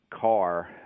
car